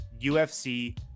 UFC